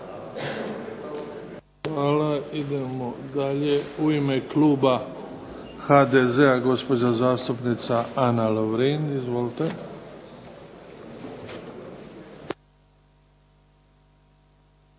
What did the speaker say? Hvala. Idemo dalje. U ime kluba HDZ-a gospođa zastupnica Ana Lovrin. Izvolite.